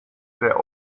der